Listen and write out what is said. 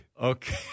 Okay